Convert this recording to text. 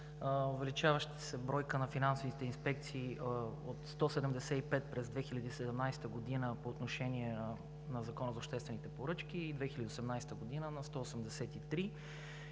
увеличаващата се бройка на финансовите инспекции – от 175 през 2017 г. по отношение на Закона за обществените поръчки, през 2018 г. – 183.